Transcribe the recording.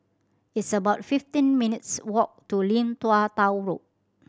it's about fifteen minutes' walk to Lim Tua Tow Road